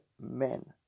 men